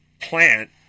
Plant